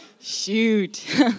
Shoot